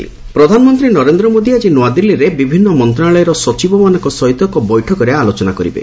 PM secretaries ପ୍ରଧାନମନ୍ତ୍ରୀ ନରେନ୍ଦ୍ର ମୋଦି ଆଜି ନୂଆଦିଲ୍ଲୀରେ ବିଭିନ୍ନ ମନ୍ତ୍ରଣାଳୟର ସଚିବମାନଙ୍କ ସହିତ ଏକ ବୈଠକରେ ଆଲୋଚନା କରିବେ